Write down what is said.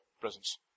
presence